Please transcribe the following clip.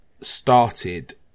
started